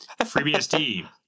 FreeBSD